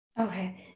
okay